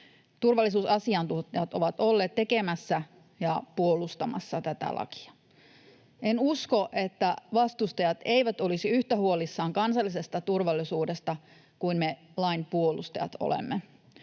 Turvallisuusasiantuntijat ovat olleet tekemässä ja puolustamassa tätä lakia. En usko, että vastustajat eivät olisi yhtä huolissaan kansallisesta turvallisuudesta kuin me lain puolustajat olemme.